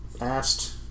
asked